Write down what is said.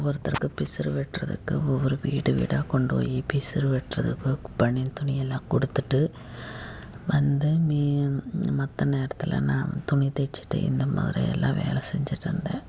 ஒவ்வொருத்தருக்கு பிசுறு வெட்டுறதுக்கு ஒவ்வொரு வீடு வீடாக கொண்டு போய் பிசுறு வெட்டுறதுக்கு பனியன் துணியெல்லாம் கொடுத்துட்டு வந்து மீ மற்ற நேரத்தில் நான் துணி தெச்சுட்டு இந்தமாதிரியெல்லாம் வேலை செஞ்சுட்ருந்தேன்